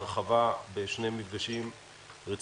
דנו בהצעת החוק הזו בהרחבה בשני מפגשים רציניים,